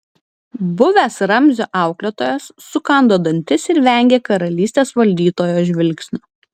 buvęs ramzio auklėtojas sukando dantis ir vengė karalystės valdytojo žvilgsnio